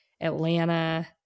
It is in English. Atlanta